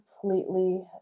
completely